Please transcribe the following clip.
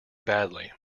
badly